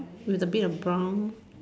with a bit of brown